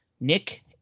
Nick